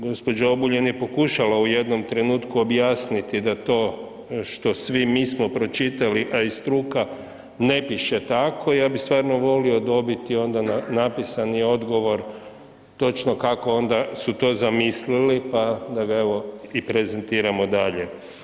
Gospođa Obuljen je pokušala u jednom trenutku objasniti da to što svi mi smo pročitali, a i struka ne piše tako, ja bi stvarno volio dobiti onda napisani odgovor točno kako su onda to zamislili pa da ga evo i prezentiramo dalje.